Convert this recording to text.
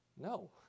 No